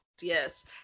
yes